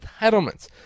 entitlements